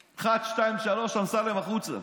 אחת, שתיים, שלוש, אמסלם, החוצה.